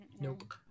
Nope